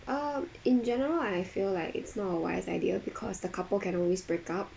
um in general I feel like it's not a wise idea because the couple can always break up